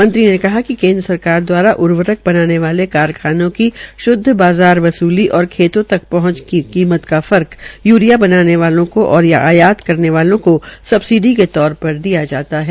मंत्री ने बताया कि केन्द्र सरकार द्वारा उर्वरक खाद बनाने वाले कारखानों की श्द्व बाज़ार वसूली और खेतो तक खाद पहुंच कीमत का फर्क यूरिया बनाने वाले को आयात करने वालो को सबसिडी की तौर पर दी जाती है